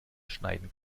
schneiden